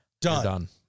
Done